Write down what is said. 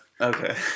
Okay